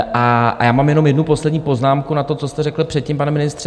A já mám jenom jednu poslední poznámku na to, co jste řekl předtím, pane ministře.